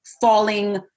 falling